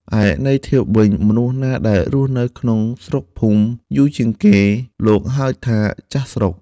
រីឯ ន័យធៀបវិញ មនុស្សណាដែលរស់នៅក្នុងស្រុកភូមិយូរជាងគេ លោកហៅថា «ចាស់ស្រុក» ។